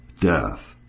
death